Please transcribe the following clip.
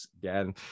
again